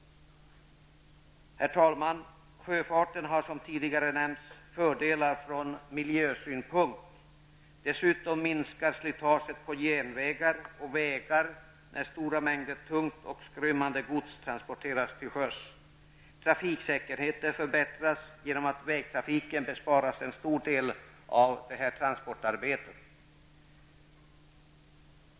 Herr talman! Sjöfarten har som tidigare nämnts fördelar från miljösynpunkt. Dessutom minskar slitaget på järnvägar och vägar, när stora mängder tungt och skrymmande gods transporteras till sjöss. Trafiksäkerheten förbättras genom att vägtrafiken besparas en stor del av transportarbetet.